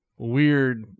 Weird